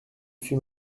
suis